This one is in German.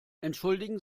entschuldigen